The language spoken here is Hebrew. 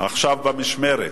עכשיו במשמרת.